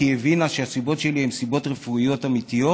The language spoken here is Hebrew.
כי היא הבינה שהסיבות שלי הן סיבות רפואיות אמיתיות,